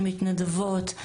המתנדבות,